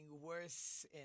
worse